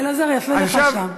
אלעזר, יפה לך שם.